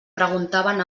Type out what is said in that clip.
preguntaven